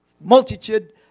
multitude